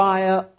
Fire